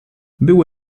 było